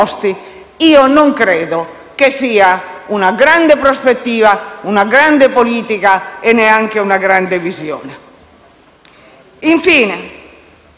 io non credo che sia una grande prospettiva, una grande politica e neanche una grande visione.